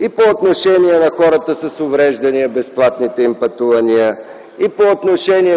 и по отношение на хората с увреждания – безплатните им пътувания; и по